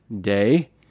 day